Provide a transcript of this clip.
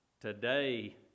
Today